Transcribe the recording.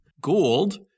gold